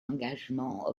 engagements